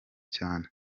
cyane